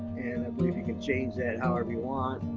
and i believe you can change that however you want.